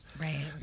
Right